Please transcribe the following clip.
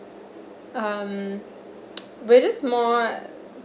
um but it's more